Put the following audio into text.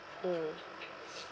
mm